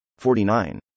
49